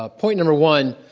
ah point number one.